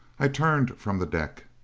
i turned from the deck.